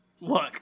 look